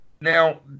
Now